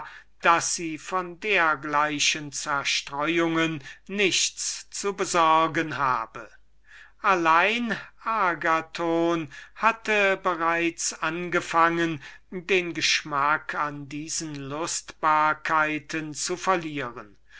daß sie von dergleichen zerstreuungen nichts zu besorgen habe allein agathon hatte bereits angefangen den geschmack an diesen lustbarkeiten zu verlieren